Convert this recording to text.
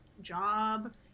job